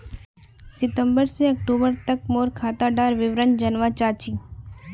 सितंबर से अक्टूबर तक मोर खाता डार विवरण जानवा चाहची?